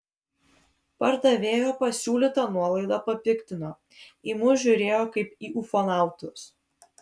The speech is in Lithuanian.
pardavėjo pasiūlyta nuolaida papiktino į mus žiūrėjo kaip į ufonautus